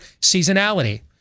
seasonality